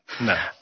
no